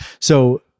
So-